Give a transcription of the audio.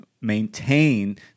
maintain